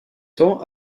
temps